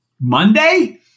Monday